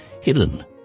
hidden